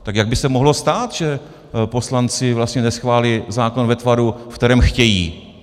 Tak jak by se mohlo stát, že poslanci vlastně neschválí zákon ve tvaru, ve kterém chtějí?